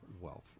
wealth